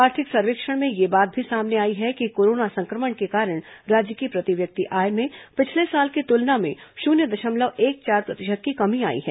आर्थिक सर्वेक्षण में यह बात भी सामने आई है कि कोरोना संक्रमण के कारण राज्य की प्रति व्यक्ति आय में पिछले साल की तुलना में शून्य दशमलव एक चार प्रतिशत की कमी आई है